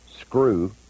screw